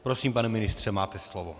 Prosím, pane ministře, máte slovo.